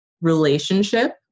relationship